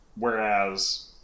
Whereas